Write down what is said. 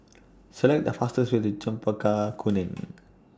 Select The fastest Way to Chempaka Kuning